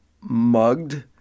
mugged